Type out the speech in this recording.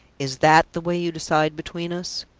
is that the way you decide between us?